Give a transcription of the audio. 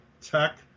tech